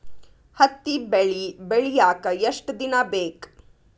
ಹತ್ತಿ ಬೆಳಿ ಬೆಳಿಯಾಕ್ ಎಷ್ಟ ದಿನ ಬೇಕ್?